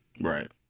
Right